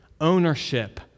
ownership